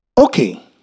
Okay